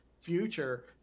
future